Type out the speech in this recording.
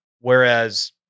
whereas